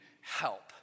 help